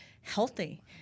healthy